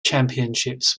championships